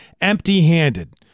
empty-handed